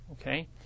okay